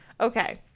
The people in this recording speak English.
Okay